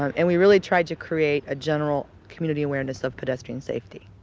um and we really tried to create a general community awareness of pedestrian safety.